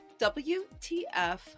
WTF